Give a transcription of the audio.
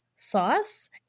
sauce